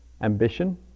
Ambition